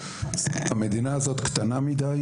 המדינה הזאת קטנה מידי,